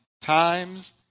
times